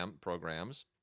programs